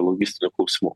logistinių klausimų